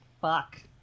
fuck